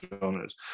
genres